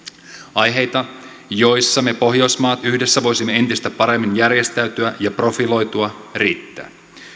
aiheita joissa me pohjoismaat yhdessä voisimme entistä paremmin järjestäytyä ja profiloitua riittää